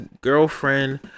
girlfriend